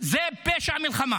פשע מלחמה.